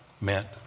meant